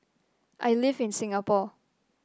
I live in Singapore